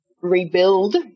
rebuild